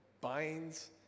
binds